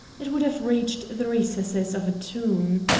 it would have reached the recesses of a tomb.